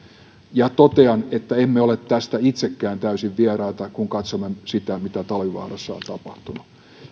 totean että emme ole tästä itsekään täysin vieraita kun katsomme sitä mitä talvivaarassa on tapahtunut